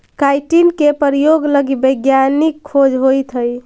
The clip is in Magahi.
काईटिन के प्रयोग लगी वैज्ञानिक खोज होइत हई